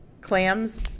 clams